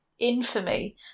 infamy